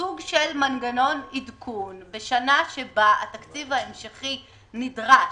של מנגנון עדכון בשנה שבה התקציב ההמשכי נדרש,